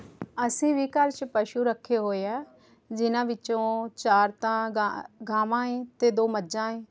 ਅਸੀਂ ਵੀ ਘਰ 'ਚ ਪਸ਼ੂ ਰੱਖੇ ਹੋਏ ਹੈ ਜਿਨ੍ਹਾਂ ਵਿੱਚੋਂ ਚਾਰ ਤਾਂ ਗਾ ਗਾਵਾਂ ਏ ਅਤੇ ਦੋ ਮੱਝਾਂ ਏ